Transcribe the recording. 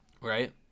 right